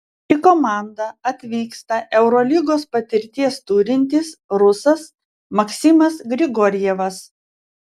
į komandą atvyksta eurolygos patirties turintis rusas maksimas grigorjevas